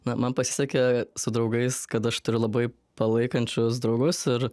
na man pasisekė su draugais kad aš turiu labai palaikančius draugus ir